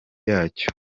yacyo